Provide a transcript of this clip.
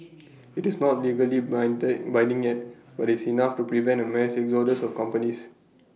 it's not legally bind IT binding yet but it's enough to prevent A mass exodus of companies